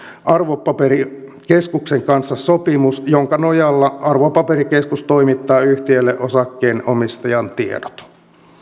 arvopaperikeskuksen kanssa sopimus jonka nojalla arvopaperikeskus toimittaa yhtiölle osakkeenomistajan tiedot